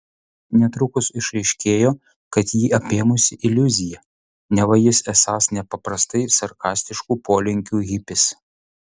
netrukus išaiškėjo kad jį apėmusi iliuzija neva jis esąs nepaprastai sarkastiškų polinkių hipis